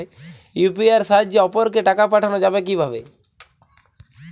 UPI এর সাহায্যে অপরকে টাকা পাঠানো যাবে কিভাবে?